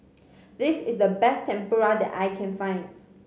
this is the best Tempura that I can find